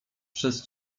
przez